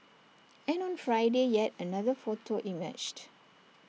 and on Friday yet another photo emerged